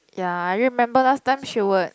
ya I remember last time she would